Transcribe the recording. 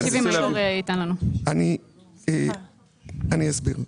אני אשיב,